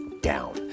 down